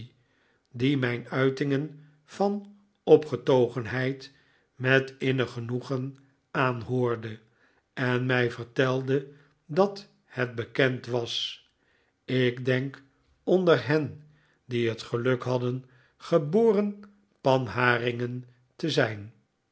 die mijn uitingen van opgetogenheid met innig genoegen aanhoorde en mij vertelde dat het bekend was ik denk onder hen die het geluk hadden geboren panharingen te zijn